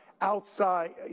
outside